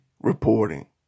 reporting